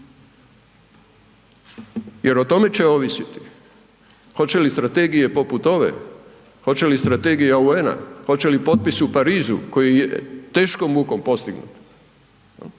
jer o tome će ovisiti hoće li strategije poput ove, hoće li Strategija UN-a, hoće li potpis u Parizu koji je teškom mukom postignut,